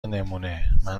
نمونهمن